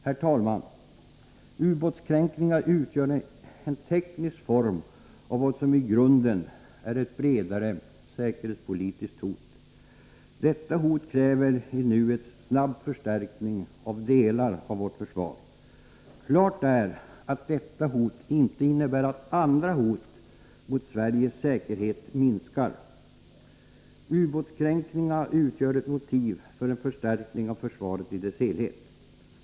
Herr talman! Ubåtskränkningarna utgör en teknisk form av vad som i grunden är ett bredare säkerhetspolitiskt hot. Detta hot kräver i nuet snabb förstärkning av delar av vårt försvar. Klart är att detta hot inte innebär att andra hot mot Sveriges säkerhet minskar. Ubåtskränkningarna utgör ett motiv för en förstärkning av försvaret i dess helhet.